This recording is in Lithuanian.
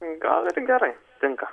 gal ir gerai tinka